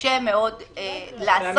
קשה מאוד לעשות.